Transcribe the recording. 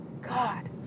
God